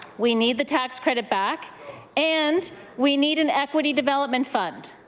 we need the tax credit back and we need an equity development front.